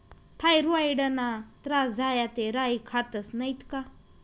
थॉयरॉईडना त्रास झाया ते राई खातस नैत का